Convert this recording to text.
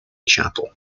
chapel